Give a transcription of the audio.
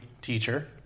teacher